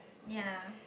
ya